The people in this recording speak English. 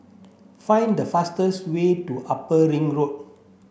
find the fastest way to Upper Ring Road